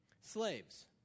Slaves